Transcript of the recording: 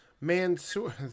Mansoor